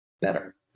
better